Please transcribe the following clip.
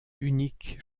unique